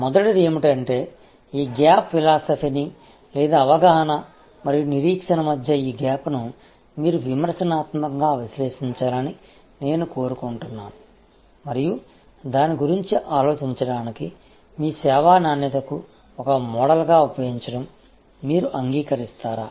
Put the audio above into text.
మొదటిది ఏమిటంటే ఈ గ్యాప్ ఫిలాసఫీని లేదా అవగాహన మరియు నిరీక్షణ మధ్య ఈ గ్యాప్ని మీరు విమర్శనాత్మకంగా విశ్లేషించాలని నేను కోరుకుంటున్నాను మరియు దాని గురించి ఆలోచించడానికి మీ సేవా నాణ్యతకు ఒక మోడల్గా ఉపయోగించడం మీరు అంగీకరిస్తారా